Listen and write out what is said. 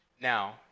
Now